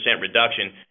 reduction